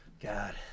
God